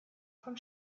vom